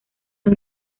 los